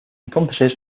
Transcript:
encompasses